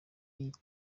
ibi